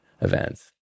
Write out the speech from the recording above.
events